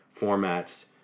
formats